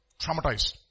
Traumatized